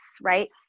right